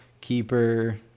keeper